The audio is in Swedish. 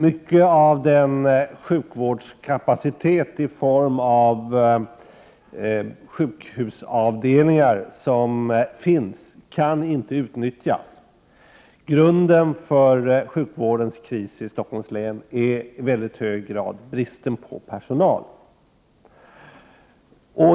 Mycket av den sjukvårdskapacitet i form av sjukhusavdelningar som finns kan inte utnyttjas. Grunden för sjukvårdens kris i Stockholms län är i mycket hög grad bristen på personal.